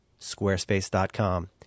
squarespace.com